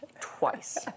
twice